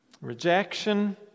rejection